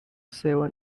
seven